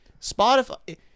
Spotify